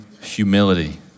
humility